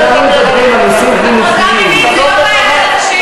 הטרדה מינית היא לא בעיה נשית.